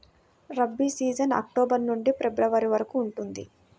rabi season October నుండి February వరకు ఉంటుంది